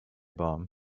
bomb